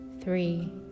three